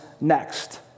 next